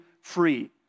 free